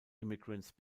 immigrants